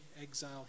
exile